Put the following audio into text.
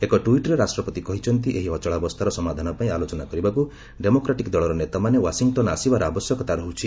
ଏକ ଟ୍ୱିଟ୍ରେ ରାଷ୍ଟ୍ରପତି କହିଛନ୍ତି ଏହି ଅଚଳାବସ୍ଥାର ସମାଧାନପାଇଁ ଆଲୋଚନା କରିବାକୁ ଡେମୋକ୍ରାଟିକ୍ ଦଳର ନେତାମାନେ ୱାଶିଂଟନ୍ ଆସିବାର ଆବଶ୍ୟକତା ରହୁଛି